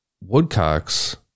Woodcocks